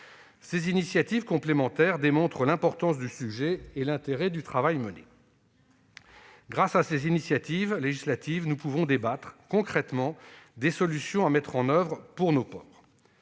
Ces initiatives complémentaires démontrent l'importance du sujet et l'intérêt du travail mené. Grâce à ces initiatives législatives, nous pouvons débattre concrètement des solutions à mettre en oeuvre pour nos ports.